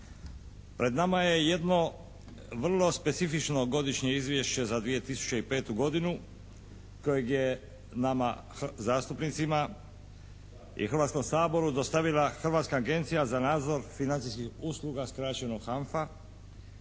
Pred nama je jedno vrlo specifično godišnje izvješće za 2005. godinu kojeg je nama zastupnicima i Hrvatskom saboru dostavila Hrvatska agencija za nadzor financijskih usluga, skraćeno HANFA.